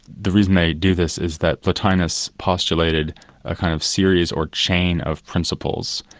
the reason they do this is that plotinus postulated a kind of series or chain of principles,